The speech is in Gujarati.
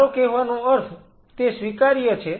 મારો કહેવાનો અર્થ તે સ્વીકાર્ય છે